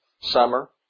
summer